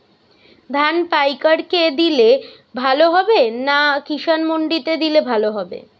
ধান পাইকার কে দিলে ভালো হবে না কিষান মন্ডিতে দিলে ভালো হবে?